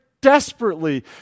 desperately